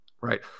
right